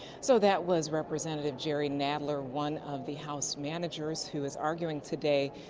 so that was representative jerry nadler, one of the house managers who is arguing today,